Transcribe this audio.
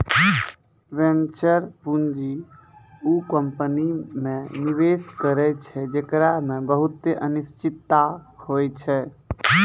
venture पूंजी उ company मे निवेश करै छै जेकरा मे बहुते अनिश्चिता होय छै